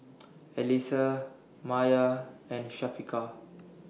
Alyssa Maya and Syafiqah